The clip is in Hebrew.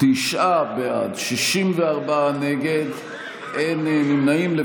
תשעה בעד, 64 נגד, אין נמנעים.